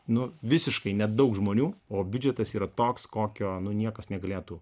nu visiškai nedaug žmonių o biudžetas yra toks kokio niekas negalėtų